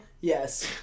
Yes